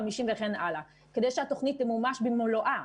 אחר כך 150 מיליון וכן הלאה כדי שהתוכנית תמומש במלואה.